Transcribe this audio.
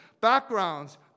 backgrounds